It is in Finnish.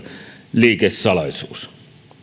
liikesalaisuus